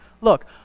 look